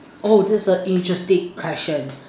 oh that's an interesting question